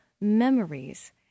memories